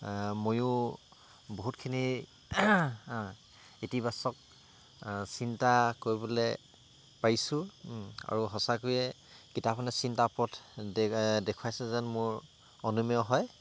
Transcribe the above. ময়ো বহুতখিনি ইতিবাচক চিন্তা কৰিবলৈ পাৰিছোঁ আৰু সঁচাকৈয়ে কিতাপখনে চিন্তা পথ দে দেখুৱাইছে যেন মোৰ অনুমেয় হয়